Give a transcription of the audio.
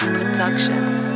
Productions